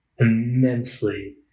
immensely